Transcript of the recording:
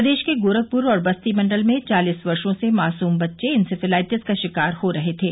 प्रदेश के गोरखपुर और बस्ती मण्डल में चालिस वर्षो से मासुम बच्चे इंसेफेलाइटिस का शिकार हो रहे थे